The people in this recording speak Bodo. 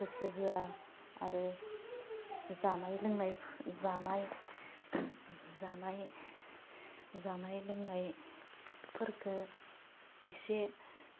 गोसो होआ आरो जानाय लोंनाय जानाय जानाय जानाय लोंनायफोरखो इसे